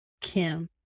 Kim